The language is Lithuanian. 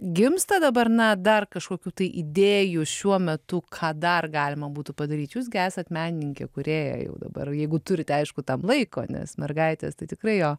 gimsta dabar na dar kažkokių tai idėjų šiuo metu ką dar galima būtų padaryt jūs gi esat menininkė kūrėja jau dabar jeigu turite aišku tam laiko nes mergaitės tai tikrai jo